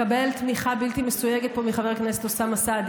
אתה מקבל תמיכה בלתי מסויגת פה מחבר הכנסת אוסאמה סעדי,